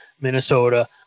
Minnesota